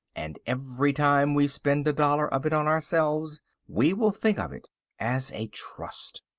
and every time we spend a dollar of it on ourselves we will think of it as a trust.